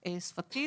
שפתית.